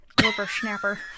Whippersnapper